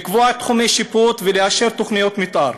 לקבוע תחומי שיפוט ולאשר תוכניות מתאר.